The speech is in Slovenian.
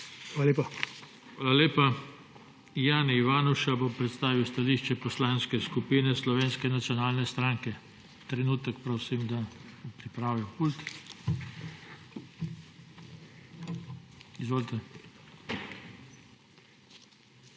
TANKO:** Hvala lepa. Jani Ivanuša bo predstavil stališče Poslanske skupine Slovenske nacionalne stranke. Trenutek, prosim, da pripravi